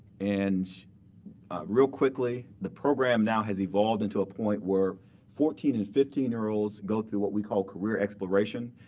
and real quickly, the program now has evolved into a point where fourteen and fifteen year olds go through what we call career exploration.